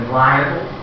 liable